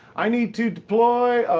i need to deploy.